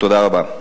תודה רבה.